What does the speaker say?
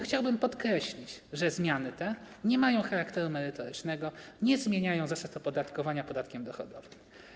Chciałbym podkreślić, że zmiany te nie mają charakteru merytorycznego, nie zmieniają zasad opodatkowania podatkiem dochodowym.